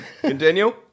Continue